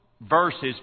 verses